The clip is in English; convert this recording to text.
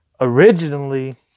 originally